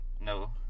no